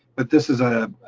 but this is a.